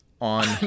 on